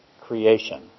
creation